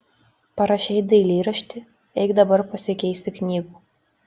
parašei dailyraštį eik dabar pasikeisti knygų